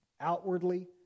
outwardly